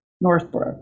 Northbrook